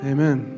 Amen